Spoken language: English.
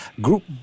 group